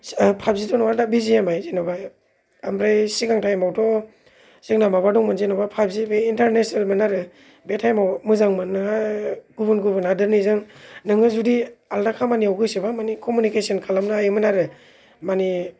पाबजिथ' नङा दा B G M I जेनोबा आमफ्राय सिगां टाइमावथ' जोंना माबा दंमोन जेनोबा पाबजि बे इन्टारनेशनेल आरो बे टाइमाव मोजां मोननो गुबुन गुबुन हादोरनिजों नोङो जदि आलदा खामानियाव गोसो बा माने कमिउनिकेशन खालामनो हायोमोन आरो माने